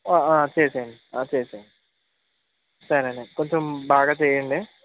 చేసేయండి చేసేయండి సరే అండి కొంచం బాగా చేయండి